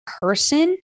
person